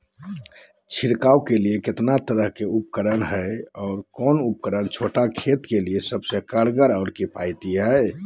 छिड़काव के लिए कितना तरह के उपकरण है और कौन उपकरण छोटा खेत के लिए सबसे कारगर और किफायती है?